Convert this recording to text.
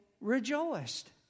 rejoiced